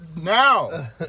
now